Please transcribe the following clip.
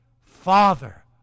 Father